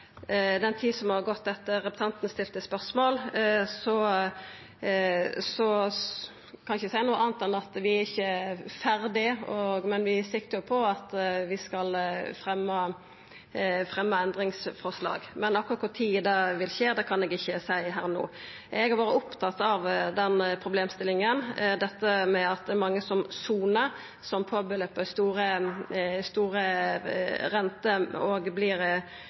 den tida som har gått frå representanten stilte spørsmål, kan eg ikkje seia noko anna enn at vi ikkje er ferdig, men vi siktar på at vi skal fremja endringsforslag. Akkurat kva tid det vil skje, kan eg ikkje seia her og no. Eg har vore opptatt av denne problemstillinga – at det er mange som sonar som får store renter og